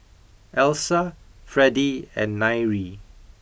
Elsa Fredie and Nyree